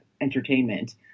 entertainment